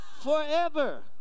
forever